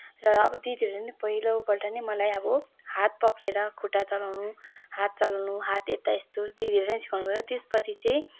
र अब दिदीहरू नै पहिलोपल्ट नै मलाई अब हात पक्रेर खुट्टा चलाउनु हात चलाउनु हात यता यस्तो दिदीहरूले नै सिकाउनुभयो त्यसपछि चाहिँ